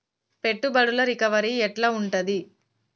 పెట్టుబడుల రికవరీ ఎట్ల ఉంటది?